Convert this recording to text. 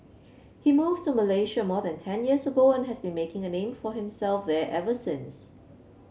he moved to Malaysia more than ten years ago and has been making a name for himself there ever since